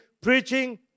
preaching